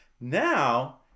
Now